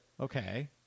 Okay